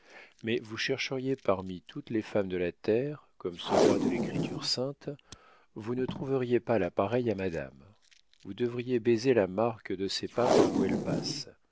mais vous chercheriez parmi toutes les femmes de la terre comme ce roi de l'écriture sainte vous ne trouveriez pas la pareille à madame vous devriez baiser la marque de ses pas par où elle passe